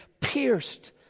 pierced